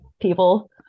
people